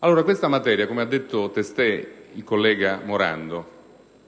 Su questa materia, come ha detto testé il collega Morando,